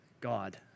God